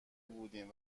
بودیم